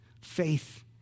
faith